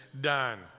done